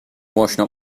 washing